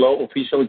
officially